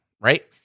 Right